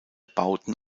bauten